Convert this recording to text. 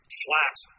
flat